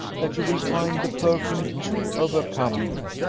that you will find the perfume too overcoming.